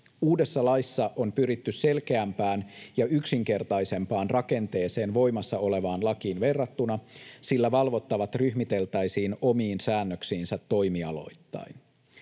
Uudessa laissa on pyritty selkeämpään ja yksinkertaisempaan rakenteeseen voimassa olevaan lakiin verrattuna, sillä valvottavat ryhmiteltäisiin omiin säädöksiinsä toimialoittain.